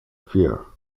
fear